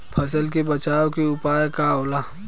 फसल के बचाव के उपाय का होला?